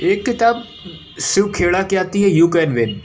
एक किताब शिव खेड़ा की आती है यू कैन विन